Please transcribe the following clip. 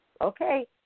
okay